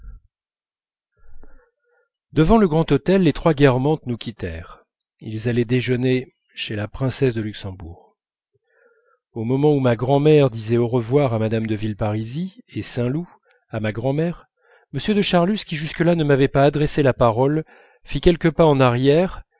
devant le grand hôtel les trois guermantes nous quittèrent ils allaient déjeuner chez la princesse de luxembourg au moment où ma grand'mère disait au revoir à mme de villeparisis et saint loup à ma grand'mère m de charlus qui jusque-là ne m'avait pas adressé la parole fit quelques pas en arrière